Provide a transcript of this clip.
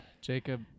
Jacob